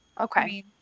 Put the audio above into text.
Okay